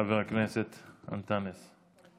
חבר הכנסת אנטאנס.